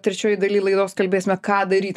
trečioj daly laidos kalbėsime ką daryt